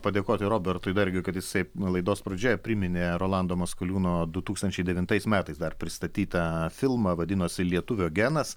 padėkoti robertui dargiui kad jisai laidos pradžioje priminė rolando maskoliūno du tūkstančiai devintais metais dar pristatytą filmą vadinosi lietuvio genas